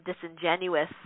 disingenuous